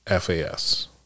FAS